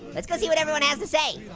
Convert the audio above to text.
let's but see what everyone has to say.